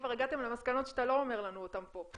כבר הגעתם למסקנות שאתה לא אומר לנו אותן פה.